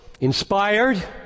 inspired